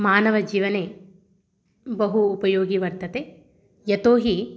मानवजीवने बहु उपयोगी वर्तते यतो हि